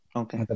okay